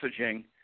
messaging